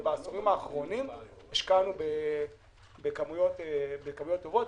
בעשורים האחרונים השקענו בכמויות טובות,